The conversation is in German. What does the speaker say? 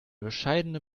bescheidene